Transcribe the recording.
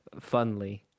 funly